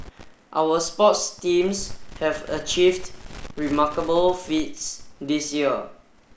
our sports teams have achieved remarkable feats this year